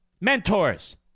mentors